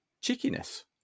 cheekiness